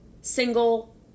single